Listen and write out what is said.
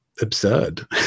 absurd